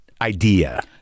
idea